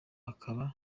akaba